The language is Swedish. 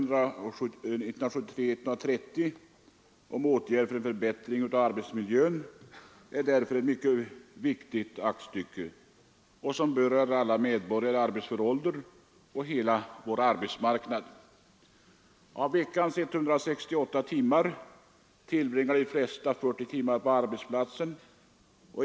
därför ett mycket viktigt aktstycke, som berör alla medborgare i arbetsför ålder och hela vår arbetsmarknad. Av veckans 168 timmar tillbringar de flesta 40 timmar på arbetsplatsen.